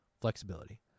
flexibility